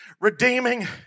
redeeming